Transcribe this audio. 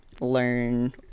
learn